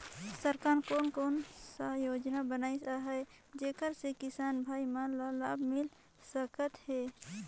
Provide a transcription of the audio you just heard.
सरकार कोन कोन सा योजना बनिस आहाय जेकर से किसान भाई मन ला लाभ मिल सकथ हे?